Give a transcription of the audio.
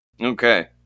Okay